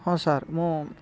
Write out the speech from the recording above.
ହଁ ସାର୍ ମୁଁ